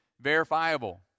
verifiable